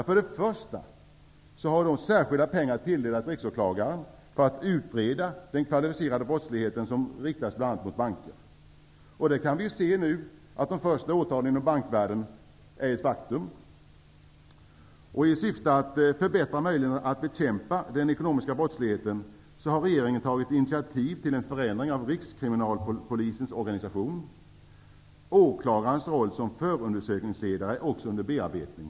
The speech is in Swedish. Främst första har särskilda pengar tilldelats Riksåklagaren för att utreda den kvalificerade brottslighet som riktats mot bl.a. banker. De första åtalen inom bankvärlden är numera ett faktum. I syfte att förbättra möjligheterna att bekämpa den ekonomiska brottsligheten har regeringen tagit initiativ till en förändring av Rikskriminalpolisens organisation. Åklagarens roll som förundersökningsledare är också under bearbetning.